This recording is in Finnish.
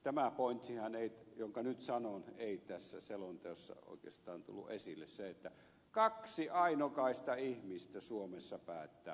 tämä pointsihan jonka nyt sanon ei tässä selonteossa oikeastaan tullut esille se että kaksi ainokaista ihmistä suomessa päättää mitä me syömme